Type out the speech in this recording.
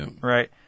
right